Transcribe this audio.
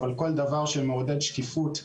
אבל כל דבר שמעודד שקיפות,